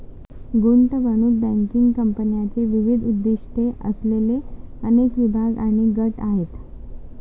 गुंतवणूक बँकिंग कंपन्यांचे विविध उद्दीष्टे असलेले अनेक विभाग आणि गट आहेत